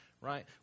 Right